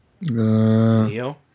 Neo